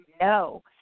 no